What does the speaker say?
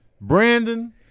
Brandon